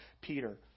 Peter